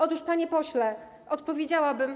Otóż, panie pośle, odpowiedziałabym.